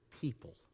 people